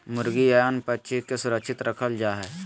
मुर्गी या अन्य पक्षि के सुरक्षित रखल जा हइ